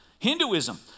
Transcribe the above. Hinduism